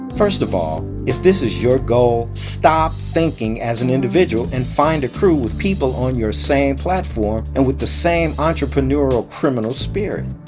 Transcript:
first of all, if this is your goal, stop thinking as an individual and find a crew with people on your same platform and with the same entrepreneurial criminal spirit.